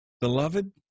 Beloved